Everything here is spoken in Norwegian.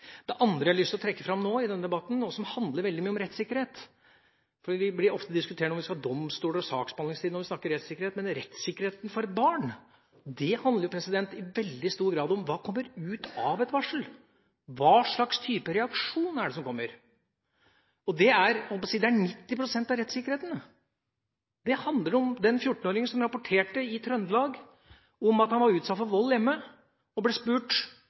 Det andre jeg har lyst til å trekke fram i denne debatten, og som veldig mye handler om rettssikkerhet – for vi diskuterer veldig mye om domstoler og saksbehandlingstid når vi snakker rettssikkerhet. Men rettssikkerhet for barn handler i veldig stor grad om hva som kommer ut av et varsel. Hva slags type reaksjon er det som kommer? Det er – jeg holdt på å si – 90 pst. av rettssikkerheten. Det handler om den 14-åringen i Trøndelag som rapporterte om at han var utsatt for vold hjemme. Han ble spurt: